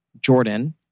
Jordan